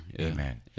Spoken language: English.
Amen